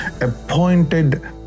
appointed